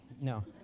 no